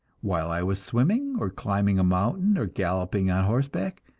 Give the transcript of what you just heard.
while i was swimming or climbing a mountain or galloping on horseback,